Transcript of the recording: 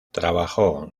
trabajó